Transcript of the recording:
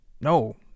No